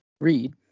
read